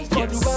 yes